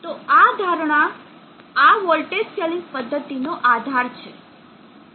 તો આ ધારણા આ વોલ્ટેજ સ્કેલિંગ પદ્ધતિનો આધાર છે